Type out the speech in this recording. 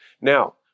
Now